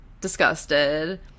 disgusted